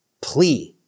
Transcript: plea